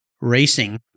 Racing